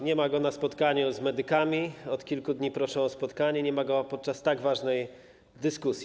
Nie ma go na spotkaniu z medykami, którzy od kilku dni proszą o spotkanie, nie ma go podczas tak ważnej dyskusji.